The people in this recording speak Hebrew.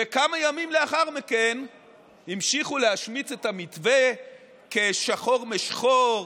וכמה ימים לאחר מכן המשיכו להשמיץ את המתווה כשחור משחור,